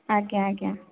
ଆଜ୍ଞା ଆଜ୍ଞା